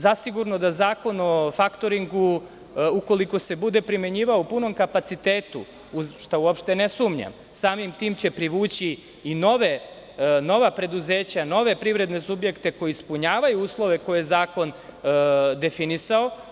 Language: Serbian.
Zasigurno da Zakon o faktoringu, ukoliko se bude primenjivao u punom kapacitetu, u šta uopšte ne sumnjam, samim tim će privući i nova preduzeća, nove privredne subjekte koji ispunjavaju uslove koje je zakon definisao.